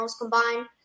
combined